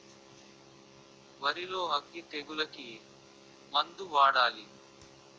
వరిలో అగ్గి తెగులకి ఏ మందు వాడాలి?